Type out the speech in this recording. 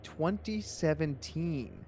2017